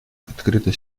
открыто